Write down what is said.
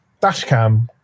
Dashcam